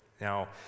Now